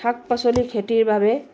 শাক পাচলিৰ খেতিৰ বাবে